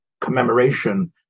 commemoration